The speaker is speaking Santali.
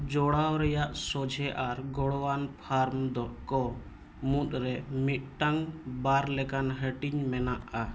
ᱡᱳᱲᱟᱣ ᱨᱮᱭᱟᱜ ᱥᱚᱡᱷᱮ ᱟᱨ ᱜᱚᱲᱚᱣᱟᱱ ᱯᱷᱟᱨᱢ ᱫᱚᱠᱚ ᱢᱩᱫᱽᱨᱮ ᱢᱤᱫᱴᱟᱱ ᱵᱟᱨ ᱞᱮᱠᱟᱱ ᱦᱟᱹᱴᱤᱧ ᱢᱮᱱᱟᱜᱼᱟ